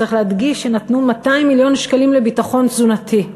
צריך להדגיש שנתנו 200 מיליון שקלים לביטחון תזונתי.